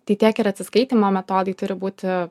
tai tiek ir atsiskaitymo metodai turi būti